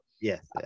Yes